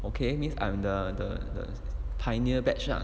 okay means I'm the the the pioneer batch lah